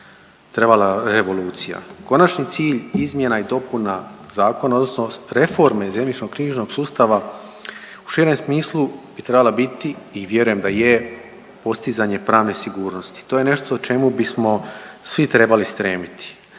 trebala revolucija. Konačni cilj izmjena i dopuna zakona, odnosno reforme zemljišno-knjižnog sustava u širem smislu bi trebala biti i vjerujem da je postizanje pravne sigurnosti. To je nešto o čemu bismo svi trebali stremiti,